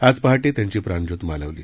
आज पहाटे त्यांची प्राणज्योत मालवली